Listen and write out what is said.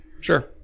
Sure